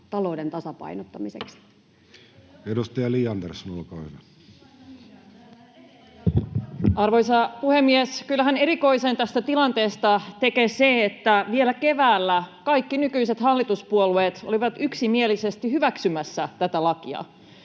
koskevaksi lainsäädännöksi Time: 14:31 Content: Arvoisa puhemies! Kyllähän erikoisen tästä tilanteesta tekee se, että vielä keväällä kaikki nykyiset hallituspuolueet olivat yksimielisesti hyväksymässä tätä lakia.